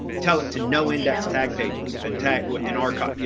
tell it to no index tag pages and tags in our cut, you